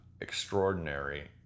extraordinary